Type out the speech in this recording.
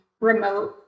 remote